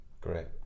great